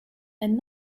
and